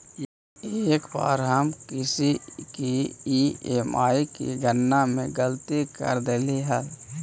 एक बार हम किसी की ई.एम.आई की गणना में गलती कर देली हल